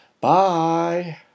Bye